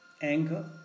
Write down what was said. anger